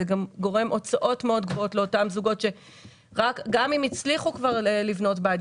זה גורם הוצאות מאוד גבוהות לאותם זוגות שגם אם הצליחו לבנות בית,